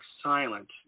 silent